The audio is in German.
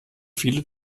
viele